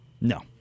No